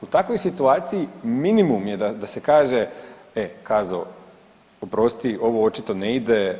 U takvoj situaciji minimum je da se kaže e Kazo oprosti, ovo očito ne ide.